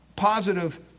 positive